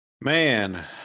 man